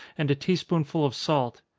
and a tea-spoonful of salt.